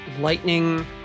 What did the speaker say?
lightning